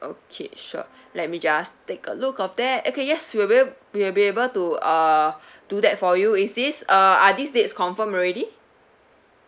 okay sure let me just take a look of that okay yes we will~ we will be able to uh do that for you is this uh are these dates confirm already